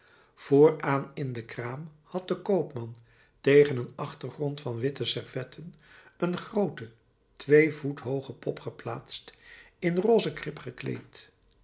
vooraan in de kraam had de koopman tegen een achtergrond van witte servetten een groote twee voet hooge pop geplaatst in rose krip gekleed